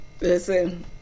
Listen